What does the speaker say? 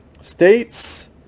states